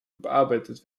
überarbeitet